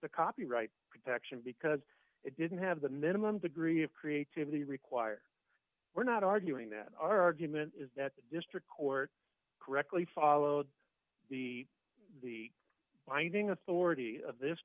to copyright protection because it didn't have the minimum degree of creativity require we're not arguing that our argument is that the district court correctly followed the the binding authority of this